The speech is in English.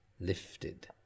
Lifted